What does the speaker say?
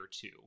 two